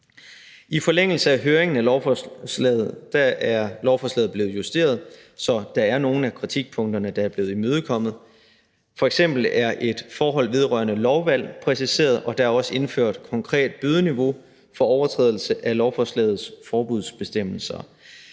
I forlængelse af høringen i forbindelse med lovforslaget er lovforslaget blevet justeret, så der er nogle af kritikpunkterne, der er blevet imødekommet. F.eks. er et forhold vedrørende lovvalg præciseret, og der er også indført et konkret bødeniveau for overtrædelse af lovforslagets forbudsbestemmelser.